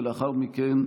ולאחר מכן,